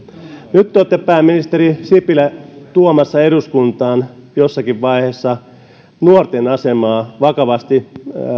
nyt te olette pääministeri sipilä tuomassa eduskuntaan jossakin vaiheessa nuorten asemaa vakavasti